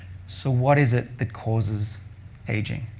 so what is it that causes aging?